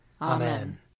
Amen